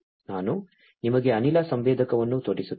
ನಾನು ನಿಮಗೆ ಅನಿಲ ಸಂವೇದಕವನ್ನು ತೋರಿಸುತ್ತೇನೆ